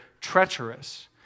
treacherous